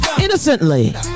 Innocently